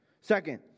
Second